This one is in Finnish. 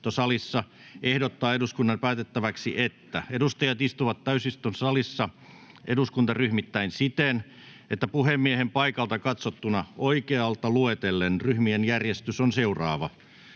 ehdottaa eduskunnan päätettäväksi, että edustajat istuvat täysistuntosalissa eduskuntaryhmittäin siten, että puhemiehen paikalta katsottuna oikealta luetellen ryhmien järjestys on seuraava: